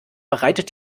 bereitet